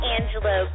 Angelo